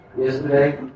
Yesterday